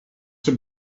have